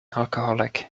alcoholic